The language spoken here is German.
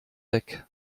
weg